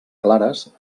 clares